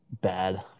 bad